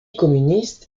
communiste